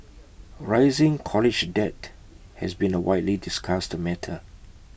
rising college debt has been A widely discussed matter